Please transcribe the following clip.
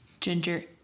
ginger